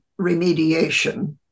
remediation